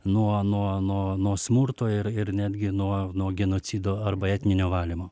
nuo nuo nuo nuo smurto ir ir netgi nuo nuo genocido arba etninio valymo